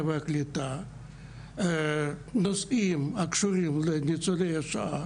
והקליטה נושאים הקשורים לניצולי השואה,